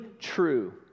true